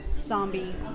zombie